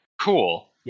Cool